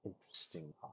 interesting